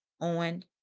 on